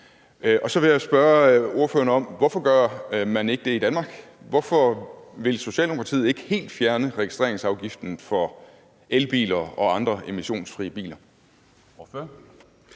Så jeg vil spørge ordføreren om, hvorfor man ikke gør det i Danmark. Hvorfor vil Socialdemokratiet ikke helt fjerne registreringsafgiften for elbiler og andre emissionsfrie biler? Kl.